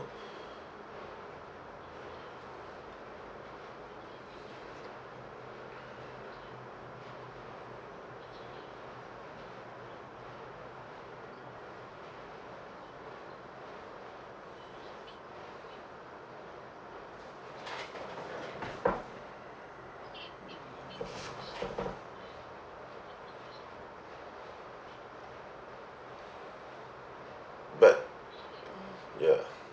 but ya